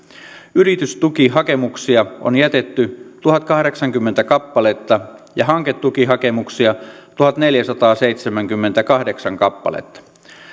yritystukihakemuksia on jätetty tuhatkahdeksankymmentä kappaletta ja hanketukihakemuksia tuhatneljäsataaseitsemänkymmentäkahdeksan kappaletta